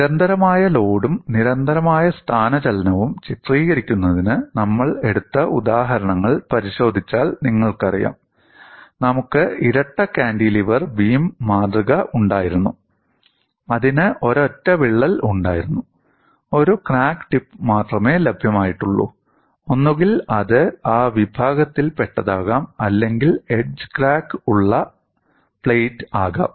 നിരന്തരമായ ലോഡും നിരന്തരമായ സ്ഥാനചലനവും ചിത്രീകരിക്കുന്നതിന് നമ്മൾ എടുത്ത ഉദാഹരണങ്ങൾ പരിശോധിച്ചാൽ നിങ്ങൾക്കറിയാം നമുക്ക് ഇരട്ട കാന്റിലിവർ ബീം മാതൃക ഉണ്ടായിരുന്നു അതിന് ഒരൊറ്റ വിള്ളൽ ഉണ്ടായിരുന്നു ഒരു ക്രാക്ക് ടിപ്പ് മാത്രമേ ലഭ്യമായിട്ടുള്ളൂ ഒന്നുകിൽ അത് ആ വിഭാഗത്തിൽ പെട്ടതാകാം അല്ലെങ്കിൽ എഡ്ജ് ക്രാക്ക് ഉള്ള പ്ലേറ്റ് ആകാം